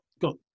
got